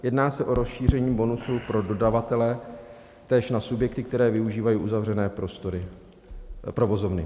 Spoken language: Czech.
Jedná se o rozšíření bonusu pro dodavatele též na subjekty, které využívají uzavřené provozovny.